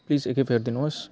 please एक खेप हेरिदिनु होस्